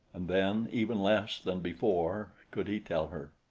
and then, even less than before, could he tell her.